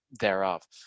thereof